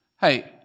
Hey